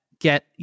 get